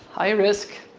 high risk,